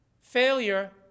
failure